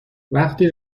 وقتی